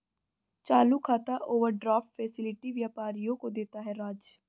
चालू खाता overdraft facility व्यापारियों को देता है राज